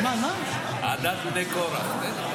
מה עכשיו בני קרח?